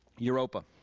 europa.